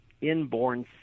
inborn